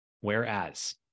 whereas